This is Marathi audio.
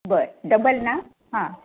बरं डबल ना हां